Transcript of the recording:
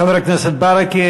חבר הכנסת ברכה